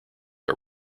are